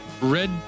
Red